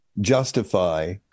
justify